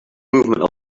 movement